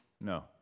No